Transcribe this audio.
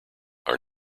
are